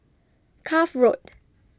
Cuff Road